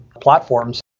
platforms